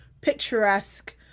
picturesque